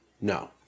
no